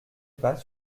pas